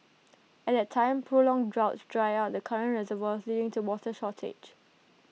at the time prolonged droughts dry out the current reservoirs leading to water shortage